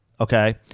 Okay